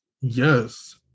Yes